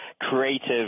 creative